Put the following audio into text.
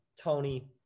Tony